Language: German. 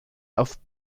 auf